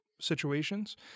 situations